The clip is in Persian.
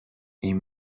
این